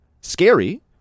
scary